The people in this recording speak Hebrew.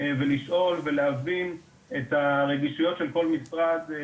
לשאול ולהבין את הרגישויות של כל משרד.